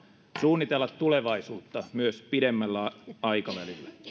suunnitella tulevaisuutta myös pidemmällä aikavälillä